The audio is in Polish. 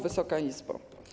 Wysoka Izbo!